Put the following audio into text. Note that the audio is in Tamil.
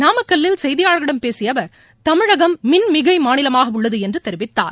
நாமக்கல்லில் செய்தியாளர்களிடம் பேசிய அவர் தமிழகம் மின்மிகை மாநிலமாக உள்ளது என்று தெரிவித்தார்